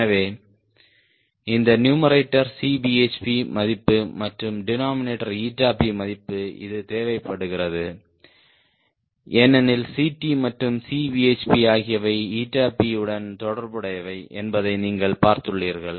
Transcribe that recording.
எனவே இந்த numerator Cbhp மதிப்பு மற்றும் டெனோமினெட்டோர் P மதிப்பு இது தேவைப்படுகிறது ஏனெனில் Ct மற்றும் Cbhp ஆகியவை P உடன் தொடர்புடையவை என்பதை நீங்கள் பார்த்துள்ளீர்கள்